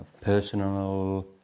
personal